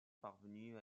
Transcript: parvenu